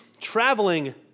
traveling